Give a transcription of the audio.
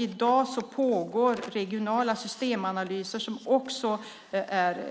I dag pågår regionala systemanalyser som är